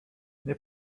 nie